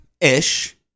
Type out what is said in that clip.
Ish